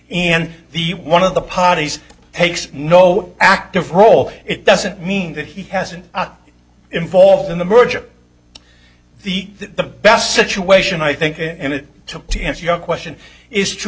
and the one of the parties takes no active role it doesn't mean that he hasn't involved in the merger the the best situation i think it took to answer your question is to